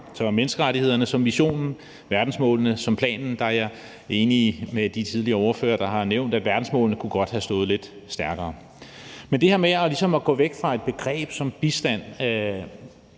Så med menneskerettighederne som missionen og verdensmålene som planen er jeg enig med de tidligere ordførere, der har nævnt, at verdensmålene godt kunne have stået lidt stærkere. Men det her med ligesom at gå væk fra et begreb som bistand,